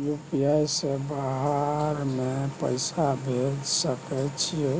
UPI से बाहर में पैसा भेज सकय छीयै